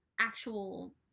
actual